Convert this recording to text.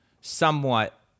somewhat